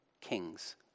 kings